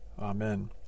Amen